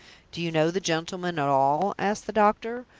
do you know the gentleman at all? asked the doctor,